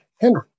Henry